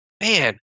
Man